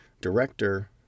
director